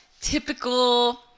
typical